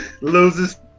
Loses